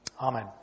amen